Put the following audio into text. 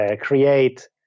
create